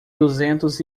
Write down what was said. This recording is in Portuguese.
duzentos